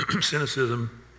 cynicism